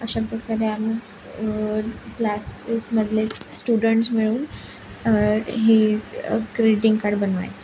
अशा प्रकारे आम्ही क्लासेसमधले स्टुडंट्स मिळून ही ग्रीटिंग कार्ड बनवायचो